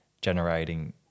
generating